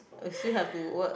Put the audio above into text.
we still have to work